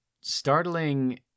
startling